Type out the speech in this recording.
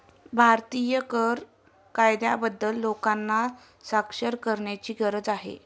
भारतीय कर कायद्याबद्दल लोकांना साक्षर करण्याची गरज आहे